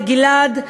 לגלעד,